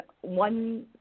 one